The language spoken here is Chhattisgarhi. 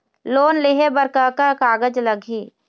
लोन लेहे बर का का कागज लगही?